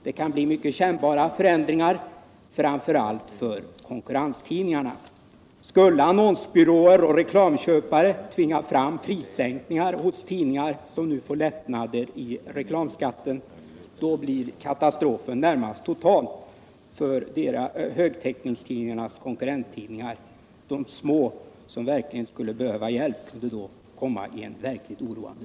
Det kan bli mycket kännbara förändringar. Skulle annonsbyråer och reklamköpare tvinga fram prissänkningar för tidningar som nu får lättnader när det gäller reklamskatten, blir kata strofen nästan total för högtäckningstidningarnas konkurrenter. De små som verkligen skulle behöva hjälp skulle då komma i en verkligt oroande